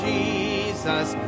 Jesus